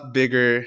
bigger